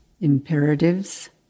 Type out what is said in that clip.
Imperatives